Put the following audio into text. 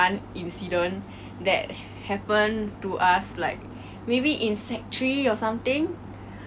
ya so there was one time he shouted class 然后 hor